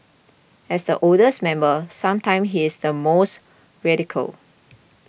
as the oldest member sometimes he is the most radical